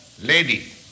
lady